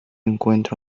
encuentro